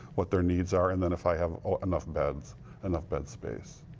what their needs are and then if i have enough bed enough bed space.